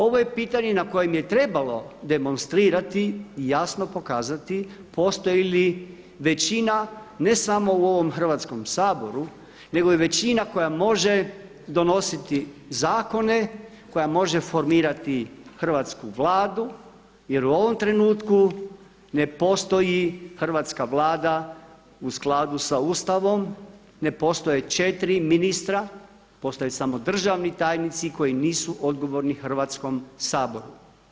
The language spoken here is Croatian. Ovo je pitanje na kojem je trebalo demonstrirati i jasno pokazati postoji li većina ne samo u ovom Hrvatskom saboru nego i većina koja može donositi zakone, koja može formirati hrvatsku Vladu jer u ovom trenutku ne postoji hrvatska Vlada u skladu sa Ustavom, ne postoje 4 ministra, postoje samo državni tajnici koji nisu odgovorni Hrvatskom saboru.